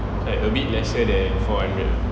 a bit lesser than four hundred